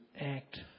act